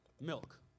milk